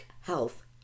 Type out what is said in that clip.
Health